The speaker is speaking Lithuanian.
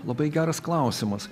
labai geras klausimus